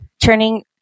turning